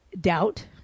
doubt